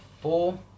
four